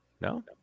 no